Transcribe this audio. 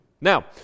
Now